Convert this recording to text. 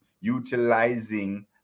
utilizing